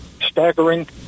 staggering